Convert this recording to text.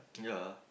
ya ah